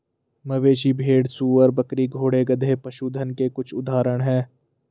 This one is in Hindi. मवेशी, भेड़, सूअर, बकरी, घोड़े, गधे, पशुधन के कुछ उदाहरण हैं